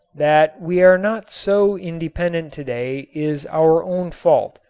that we are not so independent today is our own fault,